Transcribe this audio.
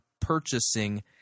purchasing